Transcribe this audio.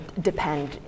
depend